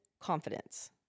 confidence